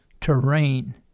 terrain